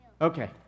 Okay